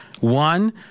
One